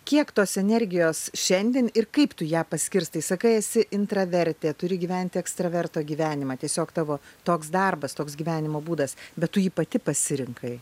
kiek tos energijos šiandien ir kaip tu ją paskirstai sakai esi intravertė turi gyventi ekstraverto gyvenimą tiesiog tavo toks darbas toks gyvenimo būdas bet tu jį pati pasirinkai